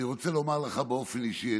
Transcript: אני רוצה לומר לך באופן אישי,